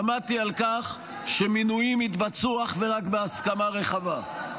עמדתי על כך שמינויים יתבצעו אך ורק בהסכמה רחבה.